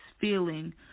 feeling